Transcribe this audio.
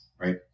right